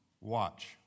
watch